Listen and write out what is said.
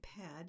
pad